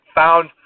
found